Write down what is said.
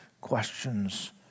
questions